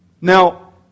Now